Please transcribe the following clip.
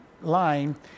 line